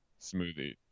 smoothie